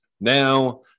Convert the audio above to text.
now